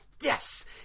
yes